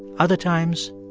other times,